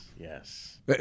Yes